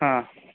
હા